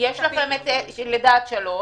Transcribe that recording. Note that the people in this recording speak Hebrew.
יש את לידה עד שלוש